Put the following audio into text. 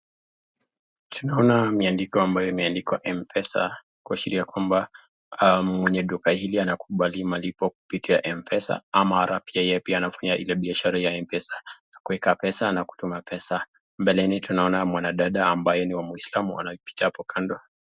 Tunaona miandiko ambayo imeandikwa M-Pesa kuashiria kwamba mwenye duka hili anakubali malipo kupitia M-Pesa ama pia yeye pia anafanya ile biashara ya M-Pesa kuweka pesa na kutoa pesa. Mbeleni tunaona mwanadada ambaye ni wa Kiislamu anapita hapo kando.